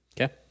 Okay